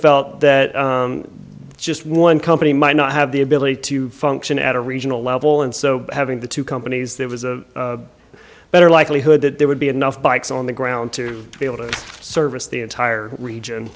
felt that just one company might not have the ability to function at a regional level and so having the two companies there was a better likelihood that there would be enough bikes on the ground to be able to service the entire region